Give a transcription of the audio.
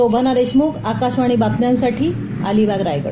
शोभना देशमुख आकाशवाणी बातम्यांसाठी अलिबाग रायगड